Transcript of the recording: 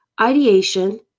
ideation